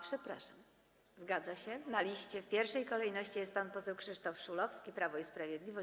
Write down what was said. Przepraszam, zgadza się, na liście w pierwszej kolejności jest pan poseł Krzysztof Szulowski, Prawo i Sprawiedliwość.